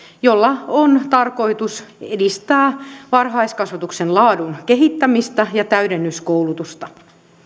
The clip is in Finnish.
jolla on tarkoitus edistää varhaiskasvatuksen laadun kehittämistä ja täydennyskoulutusta